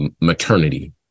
maternity